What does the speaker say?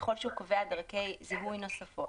ככל שהוא קובע דרכי זיהוי נוספות,